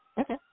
Okay